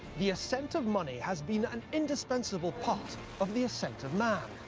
the ascent of money has been an indispensable part of the ascent of man.